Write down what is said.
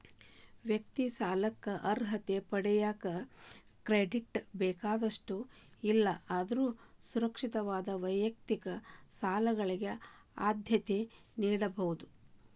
ವೈಯಕ್ತಿಕ ಸಾಲಕ್ಕ ಅರ್ಹತೆ ಪಡೆಯಕ ಕ್ರೆಡಿಟ್ ಬೇಕಾದಷ್ಟ ಇಲ್ಲಾ ಅಂದ್ರ ಸುರಕ್ಷಿತವಾದ ವೈಯಕ್ತಿಕ ಸಾಲಗಳಿಗೆ ಆದ್ಯತೆ ನೇಡಬೋದ್